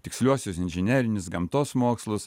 tiksliuosius inžinerinius gamtos mokslus